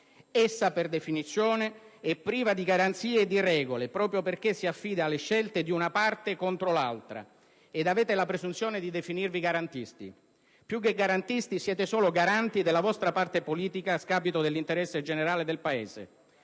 Essa, per definizione, è priva di garanzie e di regole proprio perché si affida alle scelte di una parte contro l'altra. Ed avete la presunzione di definirvi garantisti! Più che garantisti siete solo garanti della vostra parte politica a scapito dell'interesse generale del Paese.